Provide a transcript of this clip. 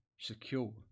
secure